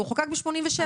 הוא חוקק ב-87'.